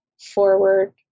forward